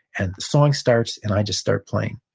and the song starts, and i just start playing.